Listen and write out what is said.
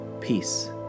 Peace